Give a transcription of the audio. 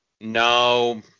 No